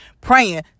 Praying